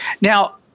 Now